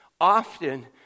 often